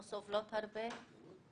אנחנו סובלות הרבה.